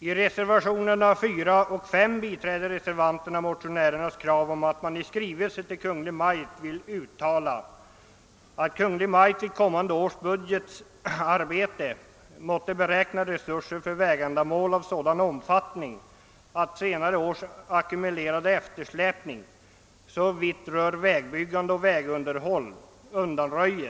I reservationerna 4 och 5 biträder reservanterna motionärernas krav om att riksdagen i skrivelse till Kungl Maj:t uttalar att Kungl. Maj:t vid kommande års budgetarbete måtte beräkna resurser för vägändamål av sådan omfattning att senare års ackumulerade eftersläpning såvitt rör vägbyggnad och drift undanröjes.